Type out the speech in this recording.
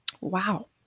Wow